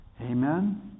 Amen